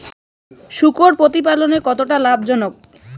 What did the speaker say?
শূকর প্রতিপালনের কতটা লাভজনক?